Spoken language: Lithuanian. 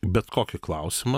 bet kokį klausimą